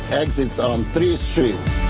exits on three streets.